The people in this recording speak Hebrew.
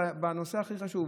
בנושא הכי חשוב.